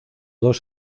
dos